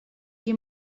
qui